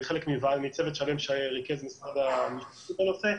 וחלק מצוות שלם שריכז משרד המשפטים בנושא.